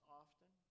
often